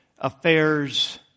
affairs